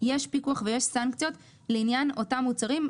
יש פיקוח ויש סנקציות לעניין אותם מוצרים,